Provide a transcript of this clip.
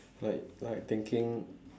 like like thinking